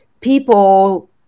people